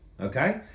okay